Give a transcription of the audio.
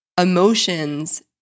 emotions